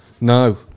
No